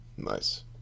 nice